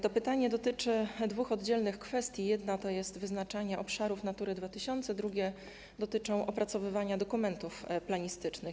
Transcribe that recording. To pytanie dotyczy dwóch oddzielnych kwestii: jedna to jest wyznaczanie obszarów Natury 2000, druga dotyczy opracowywania dokumentów planistycznych.